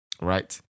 Right